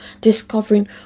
discovering